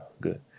Good